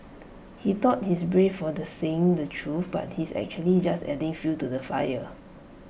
he thought he's brave for the saying the truth but he's actually just adding fuel to the fire